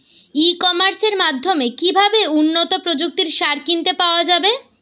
ই কমার্সের মাধ্যমে কিভাবে উন্নত প্রযুক্তির সার কিনতে পাওয়া যাবে?